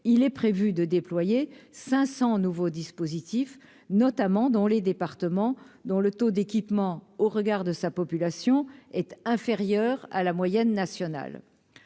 il est prévu de déployer 500 nouveaux dispositifs, notamment dans les départements, dont le taux d'équipement au regard de sa population est inférieur à la moyenne nationale,